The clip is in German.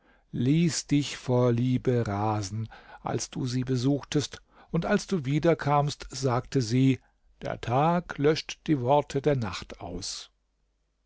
ließ dich vor liebe rasen als du sie besuchtest und als du wiederkamst sagte sie der tag löscht die worte der nacht aus